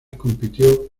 compitió